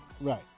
Right